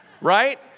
right